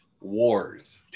wars